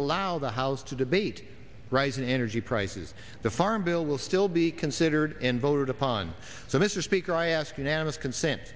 allow the house to debate rising energy prices the farm bill will still be considered and voted upon so mr speaker i ask unanimous consent